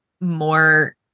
more